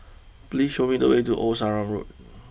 please show me the way to Old Sarum Road